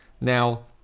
Now